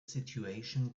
situation